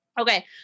Okay